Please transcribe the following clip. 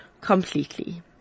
completely